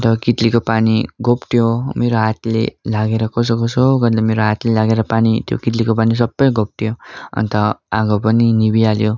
अन्त कित्लीको पानी घोप्ट्यो मेरो हातले लागेर कसोकसो गर्दा मेरो हातले लागेर पानी त्यो कित्लीको पानी सबै घोप्ट्यो अन्त आगो पनि निभिहाल्यो